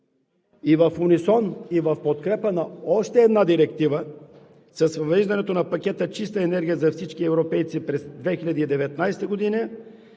И в унисон, и в подкрепа на още една Директива – с въвеждането на Пакета „Чиста енергия за всички европейци“ през 2019 г.,